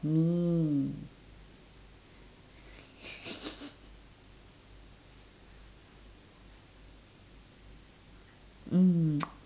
me